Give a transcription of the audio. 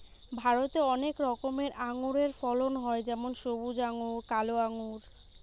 ভারতে অনেক রকমের আঙুরের ফলন হয় যেমন সবুজ আঙ্গুর, কালো আঙ্গুর